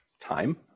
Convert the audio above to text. time